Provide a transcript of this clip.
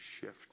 Shift